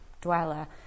dweller